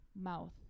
mouth